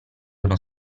uno